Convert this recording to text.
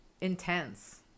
intense